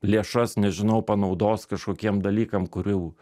lėšas nežinau panaudos kažkokiem dalykam kurių